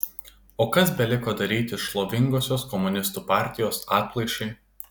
o kas beliko daryti šlovingosios komunistų partijos atplaišai